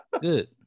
Good